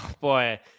boy